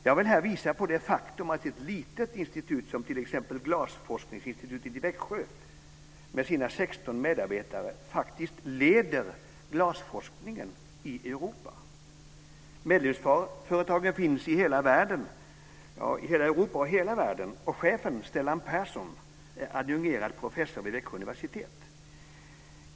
Jag vill här visa på det faktum att ett litet forskningsinstitut som t.ex. Glasforskningsinstitutet i Växjö med sina 16 medarbetare faktiskt leder glasforskningen i Europa. Medlemsföretagen finns över hela Europa och över hela världen, och chefen, Stellan Persson, är adjungerad professor vid Växjö universitet.